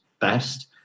best